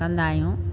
कंदा आहियूं